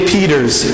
Peters